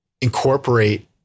incorporate